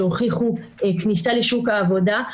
שהוכיחו כניסה לשוק העבודה.